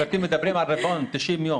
מדברים ברפורמה על 90 יום,